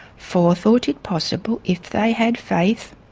four thought it possible if they had faith,